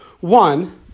One